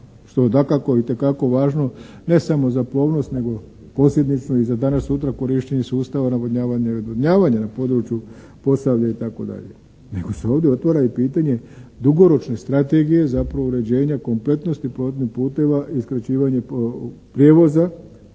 što je dakako itekako važno ne samo za plovnost nego posljedično i za danas sutra korištenje sustava navodnjavanja i odvodnjavanja na području Posavlja itd. nego se ovdje otvara i pitanje dugoročne strategije zapravo uređenja kompletnosti plovnih puteva i skraćivanje prijevoza